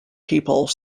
people